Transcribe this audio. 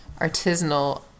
artisanal